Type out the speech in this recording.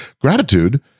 gratitude